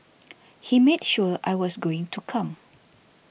he made sure I was going to come